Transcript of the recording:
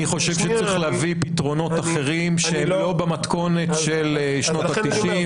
אני חושב שצריך להביא פתרונות אחרים שהם לא במתכונת של שנות ה-90'.